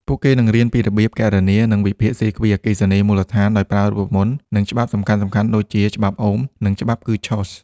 ពួកគេនឹងរៀនពីរបៀបគណនា និងវិភាគសៀគ្វីអគ្គិសនីមូលដ្ឋានដោយប្រើរូបមន្ត និងច្បាប់សំខាន់ៗដូចជា ច្បាប់អូម និងច្បាប់គឺឆហ្វ ។